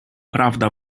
prawda